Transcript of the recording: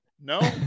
No